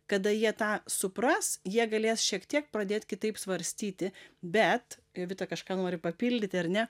kada jie tą supras jie galės šiek tiek pradėt kitaip svarstyti bet jovita kažką nori papildyti ar ne